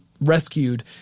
rescued